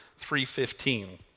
3.15